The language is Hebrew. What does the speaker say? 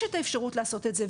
יש את האפשרות לעשות את זה,